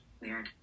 weird